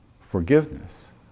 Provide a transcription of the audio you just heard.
forgiveness